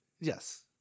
Yes